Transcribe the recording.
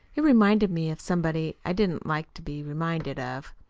it reminded me of somebody i didn't like to be reminded of.